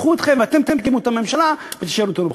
ילכו אתכם ואתם תקימו את הממשלה ותשאירו אותנו בחוץ.